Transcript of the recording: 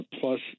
plus